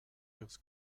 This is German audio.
ihres